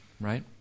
right